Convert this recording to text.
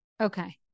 Okay